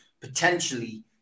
potentially